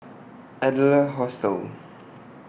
Adler Hostel